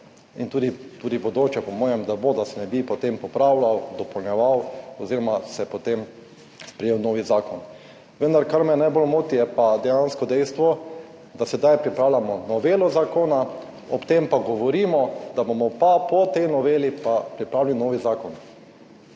in tudi v bodoče, po mojem, da se ne bi potem popravljal, dopolnjeval oziroma se ne bi potem sprejel nov zakon. Vendar, kar me najbolj moti, je pa dejansko dejstvo, da sedaj pripravljamo novelo zakona, ob tem pa govorimo, da bomo pa po tej noveli pa pripravili novi zakon.